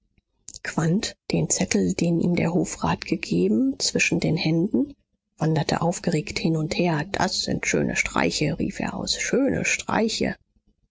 den zettel den ihm der hofrat gegeben zwischen den händen wanderte aufgeregt hin und her das sind schöne streiche rief er aus schöne streiche